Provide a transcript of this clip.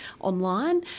online